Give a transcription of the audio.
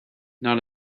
not